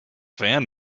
fan